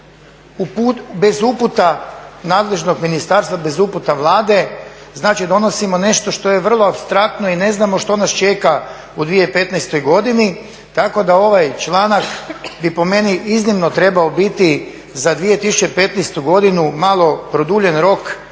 bez uputa nadležnog ministarstva, bez uputa Vlade, znači donosimo nešto što je vrlo apstraktno i ne znamo što nas čeka u 2015. godini tako da ovaj članak bi po meni iznimno trebao biti za 2015. godinu malo produlje rok